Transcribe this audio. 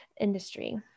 industry